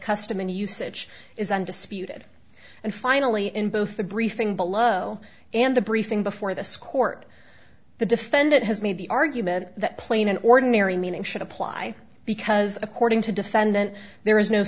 custom and usage is undisputed and finally in both the briefing below and the briefing before this court the defendant has made the argument that plain and ordinary meaning should apply because according to defendant there is no